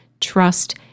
trust